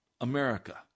America